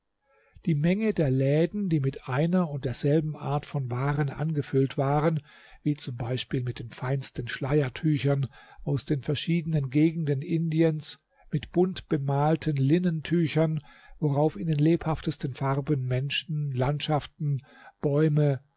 die menge der läden die mit einer und derselben art von waren angefüllt waren wie z b mit den feinsten schleiertüchern aus den verschiedenen gegenden indiens mit buntbemalten linnentüchern worauf in den lebhaftesten farben menschen landschaften bäume